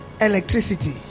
electricity